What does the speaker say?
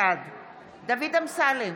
בעד דוד אמסלם,